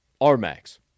R-Max